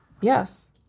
Yes